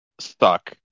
stuck